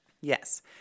Yes